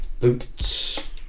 Boots